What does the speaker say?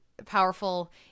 Powerful